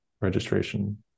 registration